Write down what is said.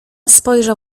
spojrzał